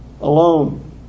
alone